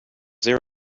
there